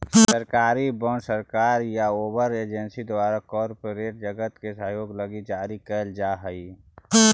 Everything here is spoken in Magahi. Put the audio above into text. सरकारी बॉन्ड सरकार या ओकर एजेंसी द्वारा कॉरपोरेट जगत के सहयोग लगी जारी कैल जा हई